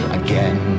again